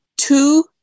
two